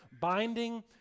Binding